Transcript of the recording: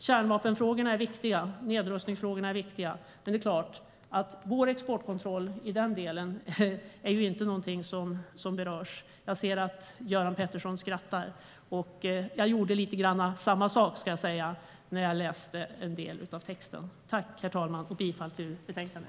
Kärnvapenfrågorna och nedrustningsfrågorna är viktiga, men vår exportkontroll i den delen berörs inte. Jag ser att Göran Pettersson skrattar, och jag gjorde lite grann detsamma när jag läste en del av texten. Herr talman! Jag yrkar bifall till förslaget i betänkandet.